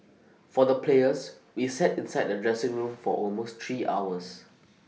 for the players we sat inside the dressing room for almost three hours